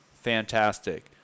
fantastic